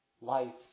life